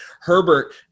Herbert